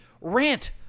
rant